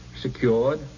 secured